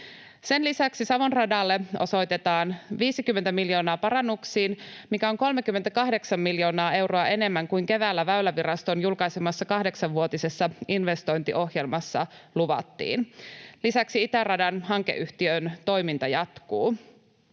Sen lisäksi Savon radalle osoitetaan parannuksiin 50 miljoonaa, mikä on 38 miljoonaa euroa enemmän kuin keväällä Väyläviraston julkaisemassa kahdeksanvuotisessa investointiohjelmassa luvattiin. Lisäksi itäradan hankeyhtiön toiminta jatkuu.